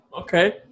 Okay